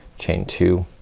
chain two,